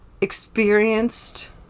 experienced